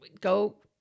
go